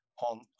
on